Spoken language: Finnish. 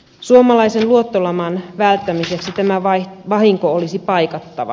suomalaisen luottolaman välttämiseksi tämä vahinko olisi paikattava